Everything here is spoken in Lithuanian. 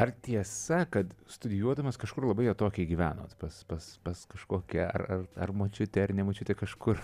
ar tiesa kad studijuodamas kažkur labai atokiai gyvenot pas pas pas kažkokią ar ar močiute ar ne močiutę kažkur